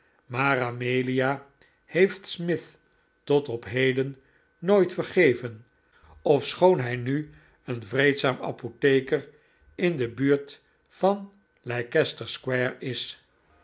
maar amelia heeft smith tot op heden nooit vergeven ofschoon hij nu een vreedzaam apotheker in de buurt van leicester square is